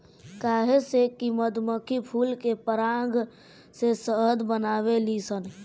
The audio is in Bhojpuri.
काहे से कि मधुमक्खी फूल के पराग से शहद बनावेली सन